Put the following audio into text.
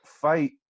fight